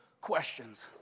questions